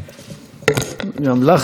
גם לך דקה,